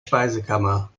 speisekammer